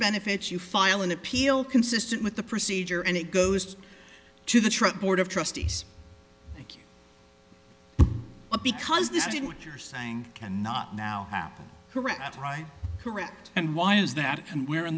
benefits you file an appeal consistent with the procedure and it goes to the truck board of trustees because this is what you're saying and not now correct right correct and why is that and where